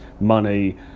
money